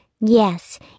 Yes